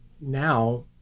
now